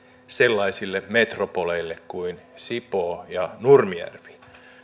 sellaisille metropoleille kuin sipoo ja nurmijärvi